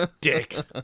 Dick